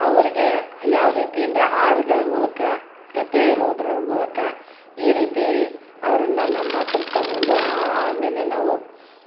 ಅವ್ರಿಗೆ ಯಾವ ರೀತಿ ಅಂದರೆ ಹಾಡುಗಳ ಮೂಲಕ ಕತೆ ಹೇಳೋದ್ರ ಮೂಲಕ ಈ ರೀತಿ ಅವ್ರನ್ನು ನಮ್ಮ ಹತ್ರಕ್ಕೆ ತಗೊಂಡು ಆಮೇಲೆ ನಾವು ಆ